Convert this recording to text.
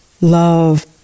love